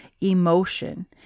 emotion